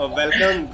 welcome